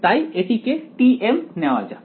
তাই এটিকে tm নেওয়া যাক